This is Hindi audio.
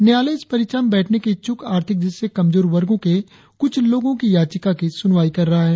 न्यायालय इस परीक्षा में बैठने के इच्छुक आर्थिक दृष्टि से कमजोर वर्गों के कुछ लोगों की याचिका की चुनवाई कर रहा है